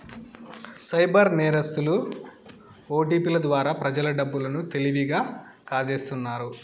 cyber నేరస్తులు ఓటిపిల ద్వారా ప్రజల డబ్బు లను తెలివిగా కాజేస్తున్నారు